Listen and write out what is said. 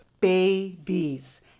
babies